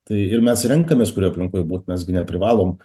tai ir mes renkamės kurioj aplinkoj būt mes gi neprivalom